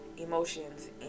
emotions